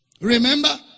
Remember